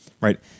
Right